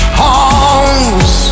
halls